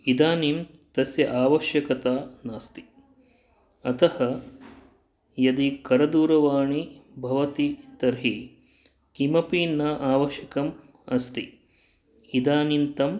इदानीं तस्य आवश्यकता नास्ति अतः यदि करदूरवाणी भवति तर्हि किमपि न आवश्यकम् अस्ति इदानींतन जनानां